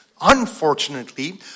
Unfortunately